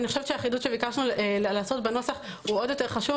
אני חושבת שהחידוד שביקשנו לעשות בנוסח הוא עוד יותר חשוב.